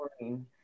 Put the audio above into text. morning